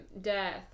death